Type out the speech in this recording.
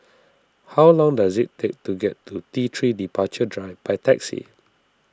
how long does it take to get to T three Departure Drive by taxi